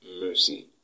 mercy